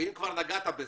אם כבר נגעת בזה,